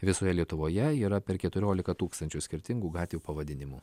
visoje lietuvoje yra per keturiolika tūkstančių skirtingų gatvių pavadinimų